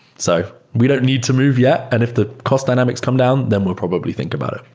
so we don't need to move yet. and if the cost dynamics come down, then we'll probably think about it.